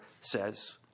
says